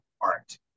art